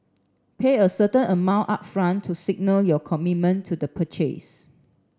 pay a certain amount upfront to signal your commitment to the purchase